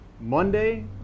Monday